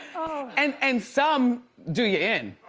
and and some do you in.